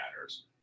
matters